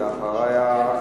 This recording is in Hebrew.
ולאחריה,